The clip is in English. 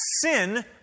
sin